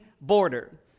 border